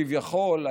כביכול,